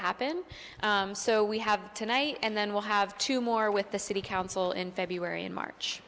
happen so we have tonight and then we'll have two more with the city council in february and march